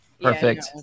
Perfect